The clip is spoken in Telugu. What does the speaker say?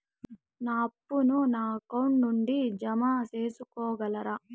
నా అప్పును నా అకౌంట్ నుండి జామ సేసుకోగలరా?